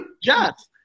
Yes